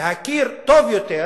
להכיר טוב יותר